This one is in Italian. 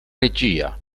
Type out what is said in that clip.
regia